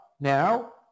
now